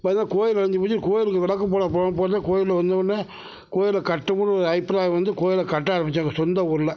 பார்த்தா கோவில் அழிஞ்சு போச்சு கோவிலுக்கு விளக்கு போட போகும் போது கோவில் வந்தோனே கோவில கட்டும் கோவில கட்டணும்னு அபிப்ராயம் வந்து கட்ட ஆரம்மிச்சங்க சொந்த ஊரில்